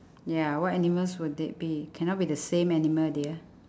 ya what animals would they be cannot be the same animal dear